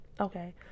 Okay